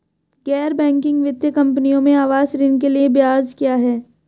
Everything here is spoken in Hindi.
गैर बैंकिंग वित्तीय कंपनियों में आवास ऋण के लिए ब्याज क्या है?